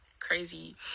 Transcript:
crazy